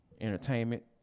entertainment